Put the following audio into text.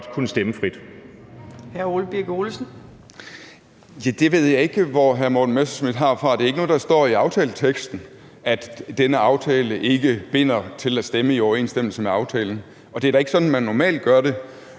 Birk Olesen (LA): Jeg ved ikke, hvor hr. Morten Messerschmidt har det fra. Det er ikke noget, der står i aftaleteksten, at denne aftale ikke binder til at stemme i overensstemmelse med aftalen. Det er da ikke sådan, man normalt gør det.